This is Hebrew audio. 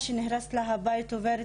מי שנמצא בכפר בלתי מוכר,